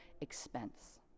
expense